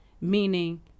meaning